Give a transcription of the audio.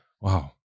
Wow